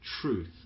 truth